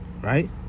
Right